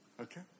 Okay